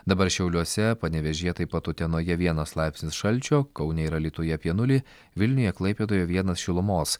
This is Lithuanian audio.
dabar šiauliuose panevėžyje taip pat utenoje vienas laipsnis šalčio kaune ir alytuje apie nulį vilniuje klaipėdoje vienas šilumos